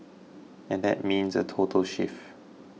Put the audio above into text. and that means a total shift